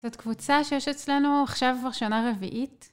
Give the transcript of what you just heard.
זאת קבוצה שיש אצלנו עכשיו כבר שנה רביעית.